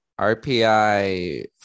RPI